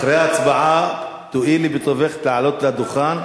אחרי ההצבעה תואילי בטובך לעלות לדוכן,